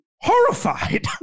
horrified